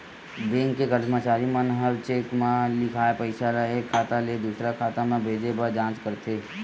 bank के करमचारी मन ह चेक म लिखाए पइसा ल एक खाता ले दुसर खाता म भेजे बर जाँच करथे